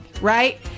right